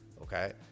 okay